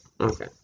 Okay